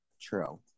True